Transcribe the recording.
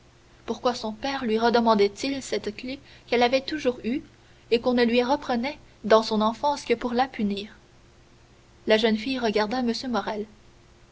pourquoi son père lui redemandait il cette clef qu'elle avait toujours eue et qu'on ne lui reprenait dans son enfance que pour la punir la jeune fille regarda m